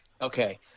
Okay